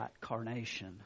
carnation